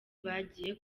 bagiye